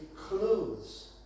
clothes